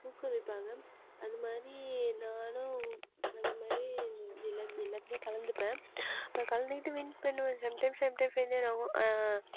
ஊக்குவிப்பாங்க அந்தமாதிரி நானும் அந்தமாதிரி எல்லாம் எல்லாத்துலேயும் கலந்துப்பேன் நான் கலந்துக்கிட்டு வின் பண்ணுவேன் சம்டைம்ஸ் சம்டைம்ஸ் ஃபெயிலியர் ஆகும்